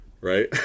right